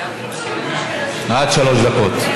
עד שלוש דקות.